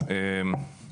אדוני היושב-ראש.